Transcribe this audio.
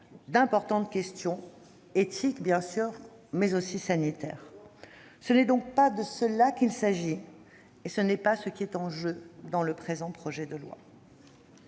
d'importantes questions, éthiques bien sûr, mais aussi sanitaires. Ce n'est pas de cela qu'il s'agit, et ce n'est pas ce qui est en jeu dans le présent projet de loi.